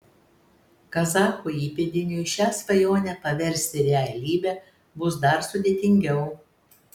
kazacho įpėdiniui šią svajonę paversti realybe bus dar sudėtingiau